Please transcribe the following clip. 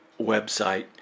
website